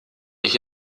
ich